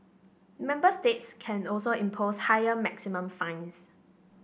member states can also impose higher maximum fines